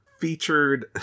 featured